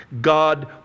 God